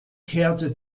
kehrte